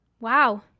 Wow